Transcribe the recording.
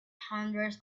hundreds